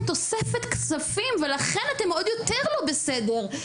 תוספת כספים ולכן אתם עוד יותר לא בסדר.